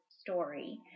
story